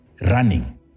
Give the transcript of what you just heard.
running